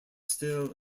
still